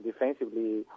defensively